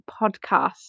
podcast